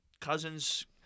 Cousins